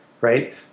right